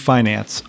Finance